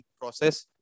process